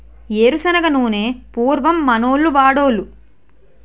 ఏరు శనగ నూనె పూర్వం మనోళ్లు వాడోలు